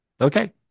okay